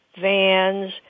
vans